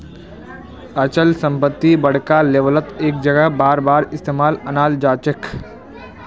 अचल संपत्ति बड़का लेवलत एक जगह बारबार इस्तेमालत अनाल जाछेक